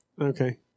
Okay